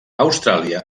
austràlia